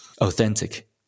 authentic